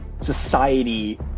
society